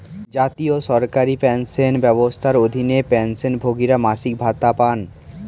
জাতীয় সরকারি পেনশন ব্যবস্থার অধীনে, পেনশনভোগীরা মাসিক ভাতা পান